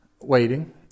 waiting